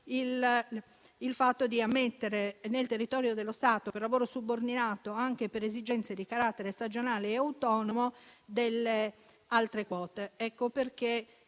il fatto di ammettere nel territorio dello Stato per lavoro subordinato, anche per esigenze di carattere stagionale e autonomo, altre quote. Ecco perché